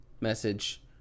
message